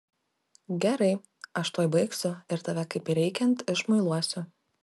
gerai aš tuoj baigsiu ir tave kaip reikiant išmuiluosiu